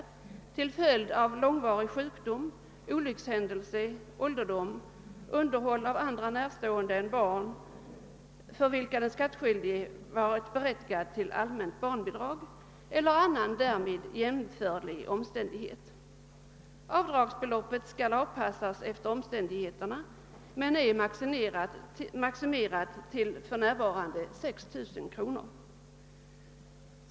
na men är maximerat till för närvarande 6 000 kronor.